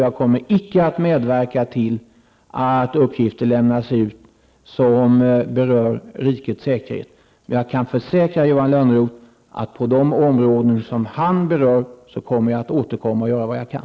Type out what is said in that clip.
Jag kommer icke att medverka till att uppgifter som rör rikets säkerhet lämnas ut. Jag kan försäkra Johan Lönnroth att på de områden som han berör kommer jag att återkomma och göra vad jag kan.